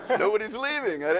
nobody's leaving!